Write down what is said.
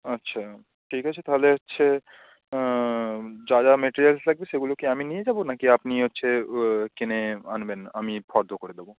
আচ্ছা ঠিক আছে তাহলে হচ্ছে যা যা মেটিরিয়ালস লাগবে সেগুলো কি আমি নিয়ে যাব না কি আপনি হচ্ছে কিনে আনবেন আমি ফর্দ করে দেবো